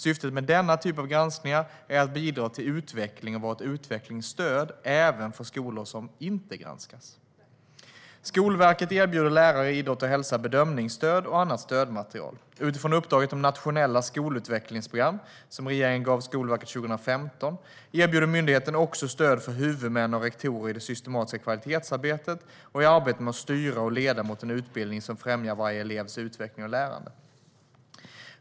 Syftet med denna typ av granskningar är att bidra till utveckling och att vara ett utvecklingsstöd även för skolor som inte har granskats. Skolverket erbjuder lärare i idrott och hälsa bedömningsstöd och annat stödmaterial. Utifrån uppdraget om nationella skolutvecklingsprogram, som regeringen gav Skolverket 2015, erbjuder myndigheten också stöd för huvudmän och rektorer i det systematiska kvalitetsarbetet och i arbetet med att styra och leda mot en utbildning som främjar varje elevs utveckling och lärande.